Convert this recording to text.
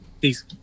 Peace